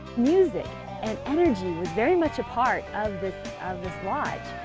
music and energy was very much a part of but of this lodge.